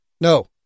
No